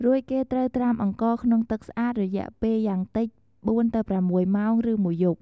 រួចគេត្រូវត្រាំអង្ករក្នុងទឹកស្អាតរយៈពេលយ៉ាងតិច ៤-៦ ម៉ោង ឬមួយយប់។